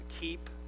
keep